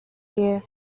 year